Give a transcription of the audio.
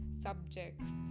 subjects